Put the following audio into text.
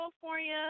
California